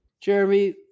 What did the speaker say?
Jeremy